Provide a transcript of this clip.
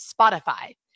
Spotify